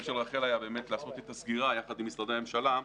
של רח"ל היה באמת לעשות את הסגירה יחד עם משרדי הממשלה,